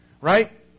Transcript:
right